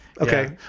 Okay